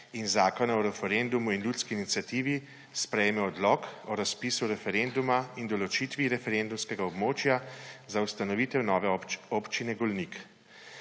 in Zakona o referendumu in o ljudski iniciativi sprejme odlok o razpisu referenduma in določitvi referendumskega območja za ustanovitev nove Občine Golnik